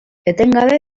etengabe